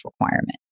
requirement